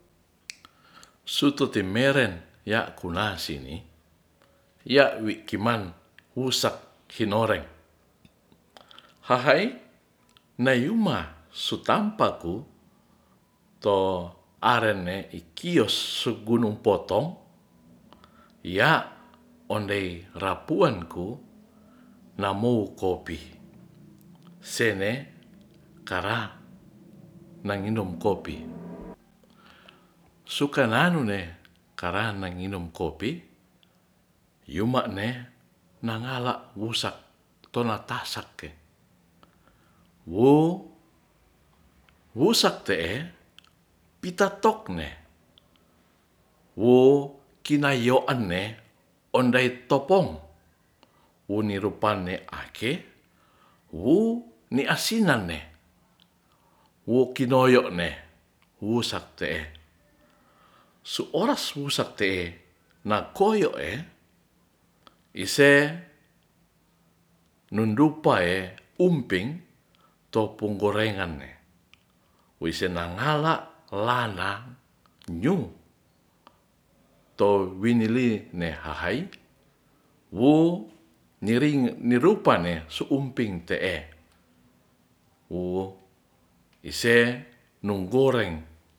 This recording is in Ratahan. Sutu timeren ya kunasini ya wi kiman wusak kinoreng hahai nayuma sutampaku to arene ikos gunung potong ya' ondei rapuanku namou kopi sene kara nanginum kopi sukananu ne kara na nginum kopi nyuma ne nangala yusak tonatasakke wo wusak te'e pitatokne wo kinayoane ondei topong wone rupaini ake wu niasinane wo kinoyone wusak te'e su oras wusak te'e nakoyoe ise nundupae umping topungorengane weise nagnala lana nyung towinili ne hahai wu nirupae su umping te'e ise nung goreng.